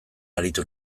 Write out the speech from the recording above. aritu